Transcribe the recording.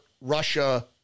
Russia